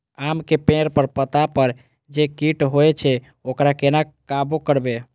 आम के पेड़ के पत्ता पर जे कीट होय छे वकरा केना काबू करबे?